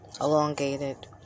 elongated